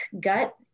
Gut